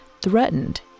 threatened